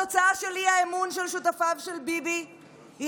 התוצאה של האי-אמון של שותפיו של ביבי היא